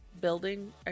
building